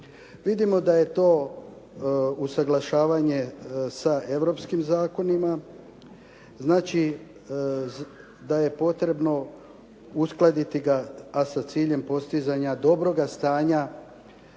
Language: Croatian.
Vidimo da je to usuglašavanje sa europskim zakonima, znači da je potrebno uskladiti ga, a sa ciljem postizanja dobroga stanja